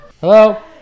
Hello